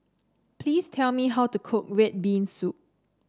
please tell me how to cook red bean soup